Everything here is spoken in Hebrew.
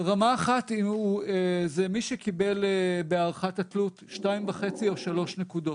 רמה 1 זה מי שקיבל בהערכת התלות 2.5 או 3 נקודות.